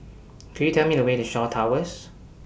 Could YOU Tell Me The Way to Shaw Towers